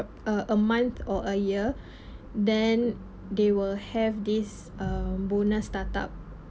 uh a month or a year then they will have this uh bonus startup